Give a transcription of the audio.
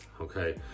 okay